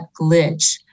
glitch